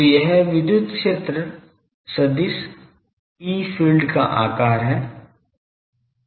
तो यह विद्युत क्षेत्र सदिश ई फील्ड का आकार है